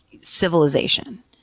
civilization